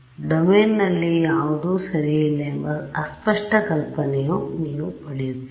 ಡೊಮೇನ್ನಲ್ಲಿ ಯಾವುದು ಸರಿಯಿಲ್ಲ ಎಂಬ ಅಸ್ಪಷ್ಟ ಕಲ್ಪನೆಯನ್ನು ನೀವು ಪಡೆಯುತ್ತೀರಿ